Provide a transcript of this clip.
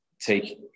take